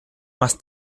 más